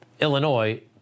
Illinois